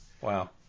Wow